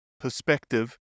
perspective